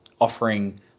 offering